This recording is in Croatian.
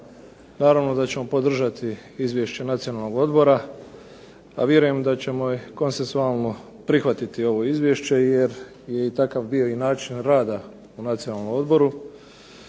naravno da ćemo podržati izvješće Nacionalnog odbora, a vjerujem da ćemo i konsenzualno prihvatiti ovo izvješće jer je i takav bio i način rada u Nacionalnom odboru.